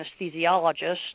anesthesiologist